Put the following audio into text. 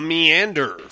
Meander